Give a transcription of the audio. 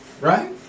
Right